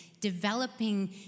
Developing